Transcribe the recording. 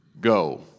Go